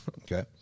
Okay